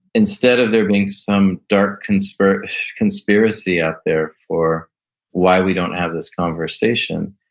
instead of there being some dark conspiracy conspiracy out there for why we don't have this conversation,